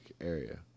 area